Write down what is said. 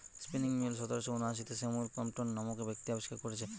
spinning mule সতেরশ ঊনআশিতে Samuel Crompton নামক ব্যক্তি আবিষ্কার কোরেছে